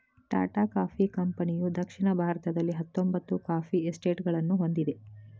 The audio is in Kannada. ಟಾಟಾ ಕಾಫಿ ಕಂಪನಿಯುದಕ್ಷಿಣ ಭಾರತದಲ್ಲಿಹತ್ತೊಂಬತ್ತು ಕಾಫಿ ಎಸ್ಟೇಟ್ಗಳನ್ನು ಹೊಂದಿದೆ